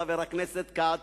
חבר הכנסת כץ,